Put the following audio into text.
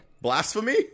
Blasphemy